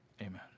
Amen